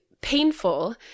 painful